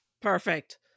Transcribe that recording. perfect